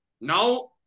now